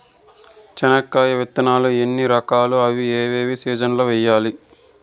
చెనక్కాయ విత్తనాలు ఎన్ని రకాలు? అవి ఏ ఏ సీజన్లలో వేయాలి?